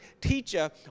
teacher